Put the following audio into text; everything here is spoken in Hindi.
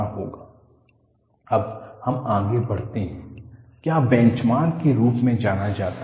बैंचमार्क अब हम आगे बढ़ते हैं क्या बेंचमार्क के रूप में जाना जाता है